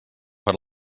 per